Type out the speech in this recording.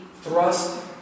thrust